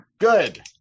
Good